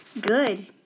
Good